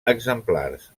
exemplars